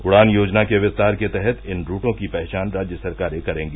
उड़ान योजना के विस्तार के तहत इन रूटों की पहचान राज्य सरकारें करेंगी